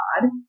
God